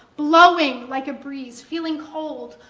blowing like a breeze, feeling cold,